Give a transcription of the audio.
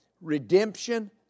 redemption